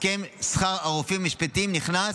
הסכם שכר הרופאים המשפטיים נכנס.